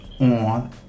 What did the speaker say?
on